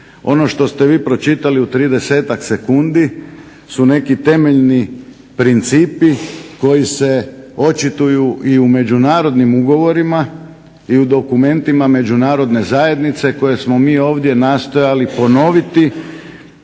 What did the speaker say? Ono što ste vi pročitali u 30-ak sekundi su neki temeljni principi koji se očituju i u međunarodnim ugovorima, i u dokumentima međunarodne zajednice koje smo mi ovdje nastojali ponoviti